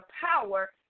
power